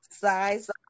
size